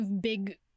big